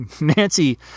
Nancy